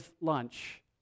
lunch